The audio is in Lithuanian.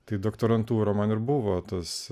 tai doktorantūra man ir buvo tas